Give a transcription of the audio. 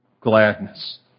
gladness